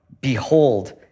behold